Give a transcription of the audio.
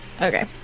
Okay